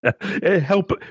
Help